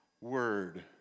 word